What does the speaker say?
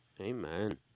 Amen